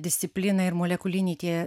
disciplina ir molekuliniai tie